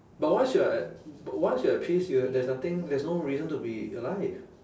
but once you're at but once you're at peace you have there's nothing there's no reason to be alive